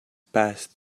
passed